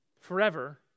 forever